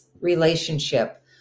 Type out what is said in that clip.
relationship